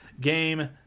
game